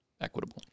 equitable